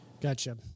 Gotcha